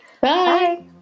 Bye